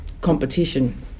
competition